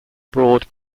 broad